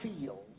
feels